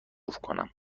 کنم